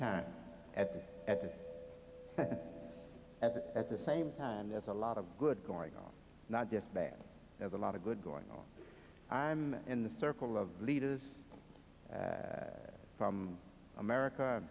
time at at at at the same time there's a lot of good going on not just bad there's a lot of good going on i'm in the circle of leaders from america